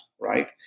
Right